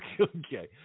Okay